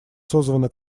созвана